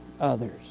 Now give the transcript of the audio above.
others